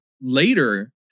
later